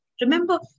remember